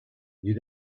you